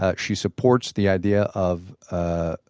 ah she supports the idea of a